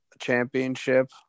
championship